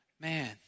Man